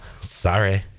sorry